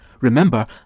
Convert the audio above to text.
Remember